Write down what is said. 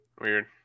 weird